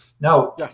now